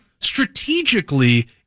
strategically